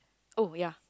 oh ya